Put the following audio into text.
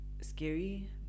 scary